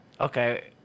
Okay